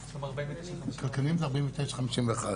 כלכלנים זה 49%/51%.